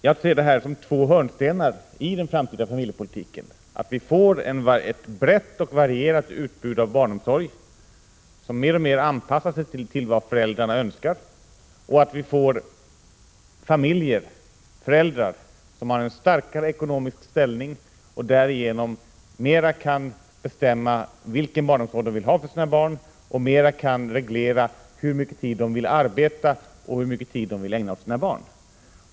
Jag ser det som två hörnstenar i den framtida familjepolitiken, att vi får till stånd ett brett och varierat utbud av barnomsorg, som mer och mer anpassas till vad föräldrarna önskar, och att familjerna, föräldrarna, får en starkare ekonomisk ställning och därigenom mera kan bestämma vilken barnomsorg de vill ha för sina barn och bättre kan reglera hur mycket tid de vill ägna åt arbete och hur mycket tid de vill ägna åt sina barn.